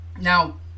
Now